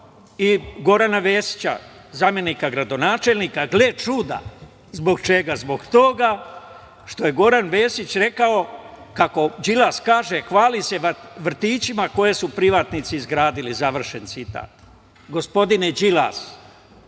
i Gorana Vesića, zamenika gradonačelnika. Gle čuda zbog čega. Zbog toga što je Goran Vesić rekao kako Đilas kaže - hvali se vrtićima koje su privatnici izgradili. Gospodine Đilas,